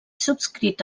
subscrit